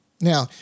Now